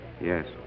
Yes